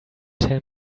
tell